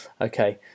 okay